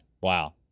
Wow